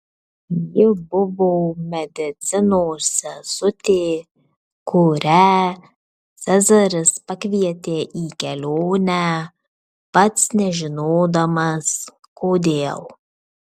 ji buvo medicinos sesutė kurią cezaris pakvietė į kelionę pats nežinodamas kodėl